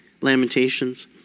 lamentations